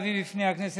בעד, 14,